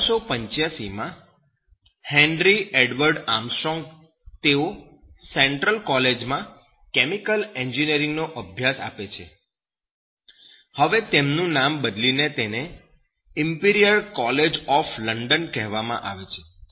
1885 માં Henry Edward Armstrong તેઓ Central College માં કેમિકલ એન્જિનિયરિંગ નો અભ્યાસક્રમ આપે છે હવે તેનું નામ બદલીને તેને ઈમ્પીરીયલ કોલેજ ઑફ લંડન કહેવામાં આવે છે